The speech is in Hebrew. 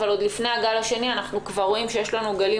אבל עוד לפני הגל השני אנחנו כבר רואים שיש לנו גלים